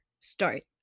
start